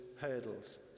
hurdles